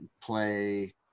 play